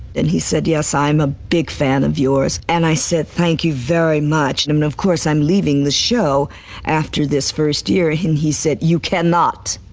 and he said, yes, i'm a big fan of yours. and i said thank you very much, and i'm of course i'm leaving the show after this first year and he said you cannot.